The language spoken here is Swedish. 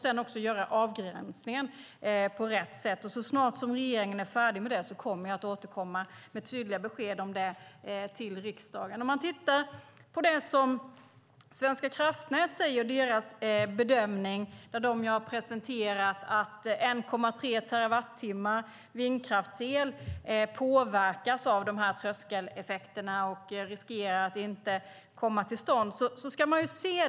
Sedan ska avgränsningen göras på rätt sätt. Så snart det arbetet är färdigt återkommer regeringen med tydliga besked till riksdagen. Svenska kraftnäts bedömning är att 1,3 terawattimmars vindkraftsel påverkas av tröskeleffekterna och riskerar att inte komma till stånd.